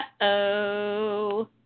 Uh-oh